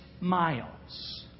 miles